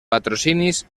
patrocinis